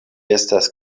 estas